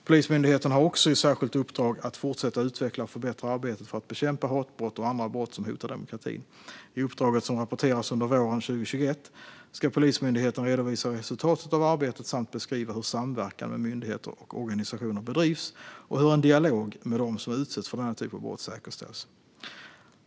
Polismyndigheten har också i särskilt uppdrag att fortsätta utveckla och förbättra arbetet för att bekämpa hatbrott och andra brott som hotar demokratin. I uppdraget som ska rapporteras under våren 2021 ska Polismyndigheten redovisa resultatet av arbetet samt beskriva hur samverkan med myndigheter och organisationer bedrivs och hur en dialog med dem som utsätts för denna typ av brott säkerställs.